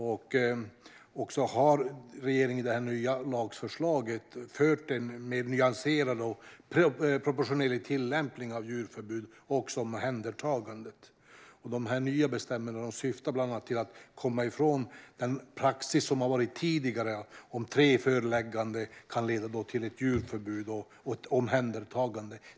Regeringen har i det nya lagförslaget använt en mer nyanserad och proportionerlig tillämpning av djurförbud och av omhändertagandet. De här nya bestämmelserna syftar bland annat till att komma ifrån den praxis som har rått tidigare om att tre förelägganden kan leda till ett djurförbud och ett omhändertagande.